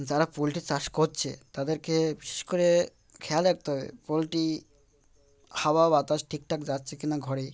যারা পোলট্রি চাষ করছে তাদেরকে বিশেষ করে খেয়াল রাখতে হবে পোলট্রি হাওয়া বাতাস ঠিকঠাক যাচ্ছে কি না ঘরে